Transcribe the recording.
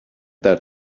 that